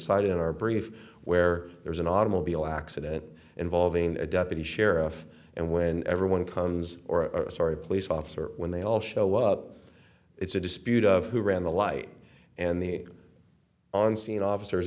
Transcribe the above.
side in our brief where there's an automobile accident involving a deputy sheriff and when everyone comes or a story police officer when they all show up it's a dispute of who ran the light and the on scene officers